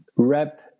rep